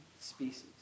species